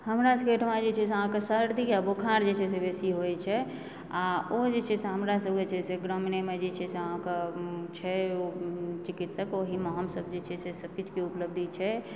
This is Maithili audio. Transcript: हमरा सबके ओहिठमा जे छै से अहाँकेँ सर्दी आ बोखार जे छै से बेसी होइत छै आ ओ जे छै से हमरा सबकेँ जे छै से ग्रामीणेमे जे छै से अहाँकेँ छै चिकित्सक ओहिमे हमसब जे छै से सबकिछुके ऊपलब्धि छै